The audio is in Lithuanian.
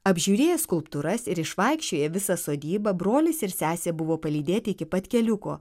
apžiūrėję skulptūras ir išvaikščioję visą sodybą brolis ir sesė buvo palydėti iki pat keliuko